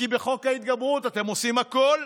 כי בחוק ההתגברות אתם עושים הכול,